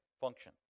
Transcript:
function